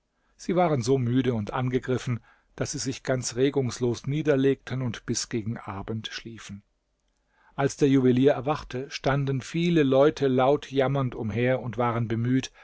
sie waren so müde und angegriffen daß sie sich ganz regungslos niederlegten und bis gegen abend schliefen als der juwelier erwachte standen viele leute laut jammernd umher und waren bemüht